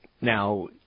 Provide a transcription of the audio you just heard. Now